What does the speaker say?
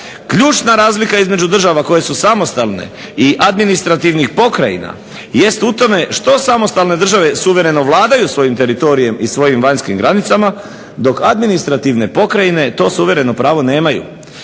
Ključna razlika između država koje su samostalno i administrativnih pokrajina jest u tome što samostalne države suvereno vladaju svojim teritorijem i svojim vanjskim granicama dok administrativne pokrajine to suvereno pravo nemaju.